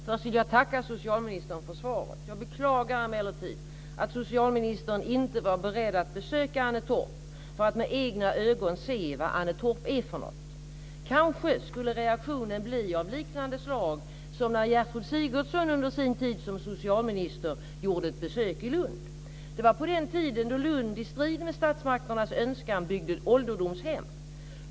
Fru talman! Först vill jag tacka socialministern för svaret. Jag beklagar emellertid att socialministern inte varit beredd att besöka Annetorp för att med egna ögon se vad Annetorp är för något. Kanske skulle reaktionen bli av liknande slag som när Gertrud Sigurdsen under sin tid som socialminister gjorde ett besök i Lund. Det var på den tiden då Lund i strid med statsmakternas önskan byggde ålderdomshem.